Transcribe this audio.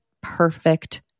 perfect